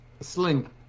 sling